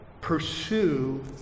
pursue